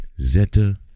Zeta